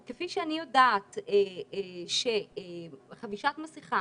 כפי שאני יודעת שחבישת מסכה